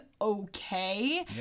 Okay